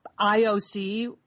IOC